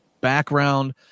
background